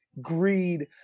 greed